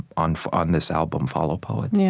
on on this album, follow, poet yeah